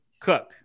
cook